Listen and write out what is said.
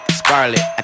scarlet